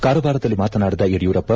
ಕಾರವಾರದಲ್ಲಿ ಮಾತನಾಡಿದ ಯಡಿಯೂರಪ್ಪ